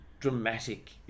dramatic